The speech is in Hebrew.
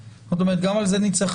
זאת אומרת גם על זה נצטרך